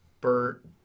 Bert